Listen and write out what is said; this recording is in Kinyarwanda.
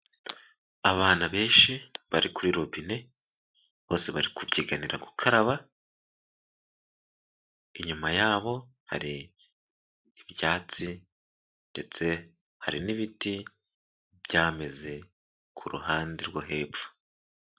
Abana benshi bari kuri robine bose bari kubyiganira gukaraba, inyuma yabo hari ibyatsi ndetse hari n'ibiti byameze ku ruhande rwo hepfo.